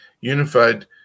Unified